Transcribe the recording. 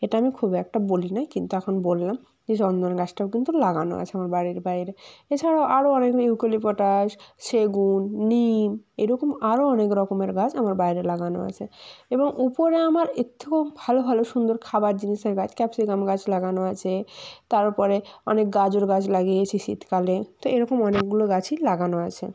এটা আমি খুব একটা বলি না কিন্তু এখন বললাম যে চন্দন গাছটাও কিন্তু লাগানো আছে আমার বাড়ির বাইরে এছাড়াও আরও অনেক ইউক্যালিপটাস সেগুন নিম এরকম আরও অনেক রকমের গাছ আমার বাইরে লাগানো আছে এবং উপরে আমার এর থেকেও ভালো ভালো সুন্দর খাবার জিনিসের গাছ ক্যাপসিকাম গাছ লাগানো আছে তার পরে অনেক গাজর গাছ লাগিয়েছি শীতকালে তো এরকম অনেকগুলো গাছই লাগানো আছে